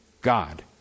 God